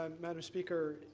um madam speaker,